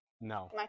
No